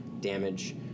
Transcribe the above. damage